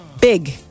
big